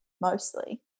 mostly